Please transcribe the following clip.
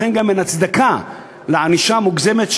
לכן גם אין הצדקה לענישה מוגזמת,